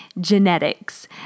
genetics